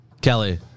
Kelly